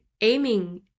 aiming